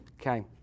okay